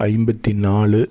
ஐம்பத்து நாலு